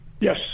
Yes